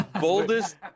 boldest